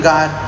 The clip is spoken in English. God